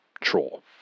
troll